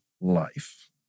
life